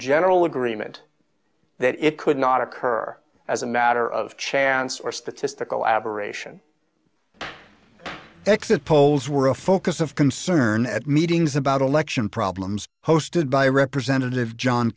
general agreement that it could not occur as a matter of chance or statistical aberration exit polls were a focus of concern at meetings about election problems hosted by representative john